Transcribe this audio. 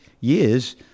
years